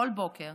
בכל בוקר